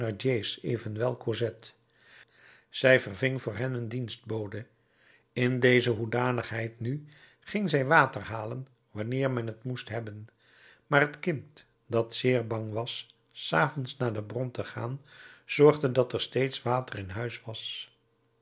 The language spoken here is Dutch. evenwel cosette zij verving voor hen een dienstbode in deze hoedanigheid nu ging zij water halen wanneer men t moest hebben maar het kind dat zeer bang was s avonds naar de bron te gaan zorgde dat er steeds water in huis was